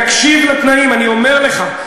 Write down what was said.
תקשיב לתנאים, אני אומר לך.